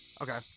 Okay